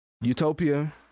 Utopia